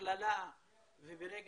הפשיעה המאורגנת ביישובים ויותר ויותר